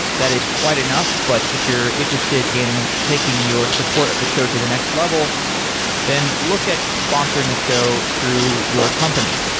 that is quite enough but if you're interested in taking your support of the show to the next level then look at sponsoring the show through your company.